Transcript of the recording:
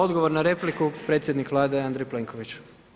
Odgovor na repliku predsjednik Vlade Andrej Plenković.